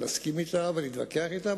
לא להסכים אתה ולהתווכח אתה,